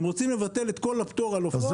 הם רוצים לבטל את כל הפטור על עופות.